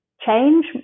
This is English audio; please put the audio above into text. change